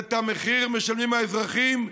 את המחיר משלמים האזרחים,